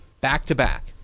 Back-to-back